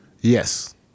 Yes